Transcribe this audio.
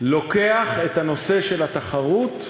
לוקח את הנושא של התחרות,